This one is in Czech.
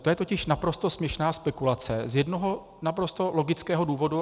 To je totiž naprosto směšná spekulace z jednoho naprosto logického důvodu.